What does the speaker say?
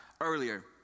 earlier